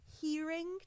hearing